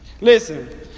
listen